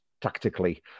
tactically